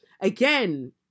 again